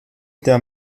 der